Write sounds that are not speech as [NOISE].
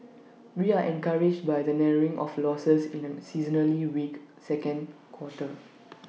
[NOISE] we are encouraged by the narrowing of losses in A seasonally weak second quarter [NOISE]